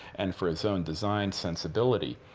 and for his own design sensibility.